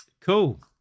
Cool